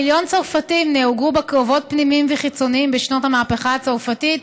מיליון צרפתים נהרגו בקרבות פנימיים וחיצוניים בשנות המהפכה הצרפתית,